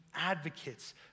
advocates